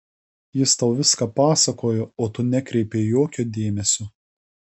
jis tau viską pasakojo o tu nekreipei jokio dėmesio